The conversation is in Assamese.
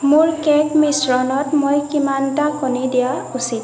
মোৰ কে'ক মিশ্ৰণত মই কিমানটা কণী দিয়া উচিত